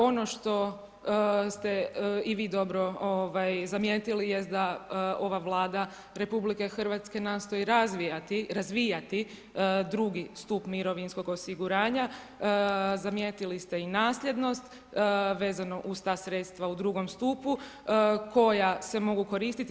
Ono što ste i vi dobro zamijetili jest da ova Vlada RH nastoji razvijati drugi stup mirovinskog osiguranja, zamijetili ste i nasljednost vezano uz ta sredstva u drugom stupu koja se mogu koristiti.